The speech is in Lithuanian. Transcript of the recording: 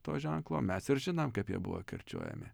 to ženklo mes ir žinom kaip jie buvo kirčiuojami